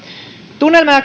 tunnelma ja